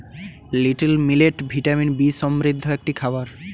little millet vitamin B সমৃদ্ধ একটি খাবার